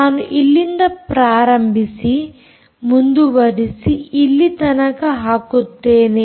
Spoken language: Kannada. ನಾನು ಇಲ್ಲಿಂದ ಪ್ರಾರಂಭಿಸಿ ಮುಂದುವರಿಸಿ ಇಲ್ಲಿತನಕ ಹಾಕುತ್ತೇನೆ